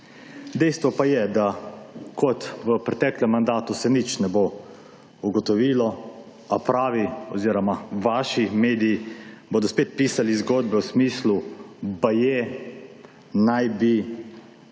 Dejstvo pa je, da kot v preteklem mandatu se nič ne bo ugotovilo, a pravi oziroma vaši mediji bodo spet pisali zgodbe v smislu, baje, naj bi,